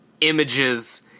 images